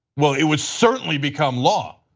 well, it would certainly become law.